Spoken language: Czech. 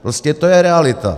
Prostě to je realita.